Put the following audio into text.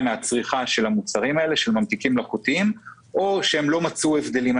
מן הצריכה של ממתיקים מלאכותיים או שהם לא מצאו הבדלים.